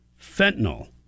Fentanyl